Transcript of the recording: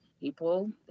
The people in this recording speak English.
people